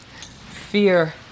Fear